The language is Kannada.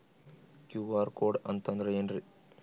ಕ್ಯೂ.ಆರ್ ಕೋಡ್ ಅಂತಂದ್ರ ಏನ್ರೀ?